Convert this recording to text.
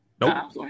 Nope